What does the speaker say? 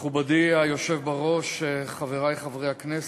מכובדי היושב בראש, חברי חברי הכנסת,